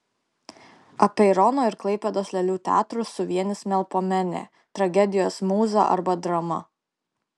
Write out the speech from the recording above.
apeirono ir klaipėdos lėlių teatrus suvienys melpomenė tragedijos mūza arba drama